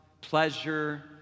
pleasure